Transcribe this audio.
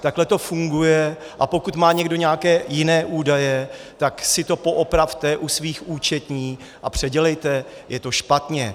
Takhle to funguje, a pokud má někdo nějaké jiné údaje, tak si to poopravte u svých účetních a předělejte, je to špatně.